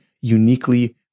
uniquely